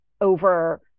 over